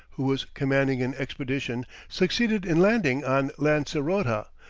who was commanding an expedition, succeeded in landing on lancerota,